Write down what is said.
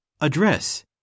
Address